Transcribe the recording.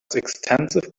expensive